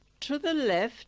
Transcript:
to the left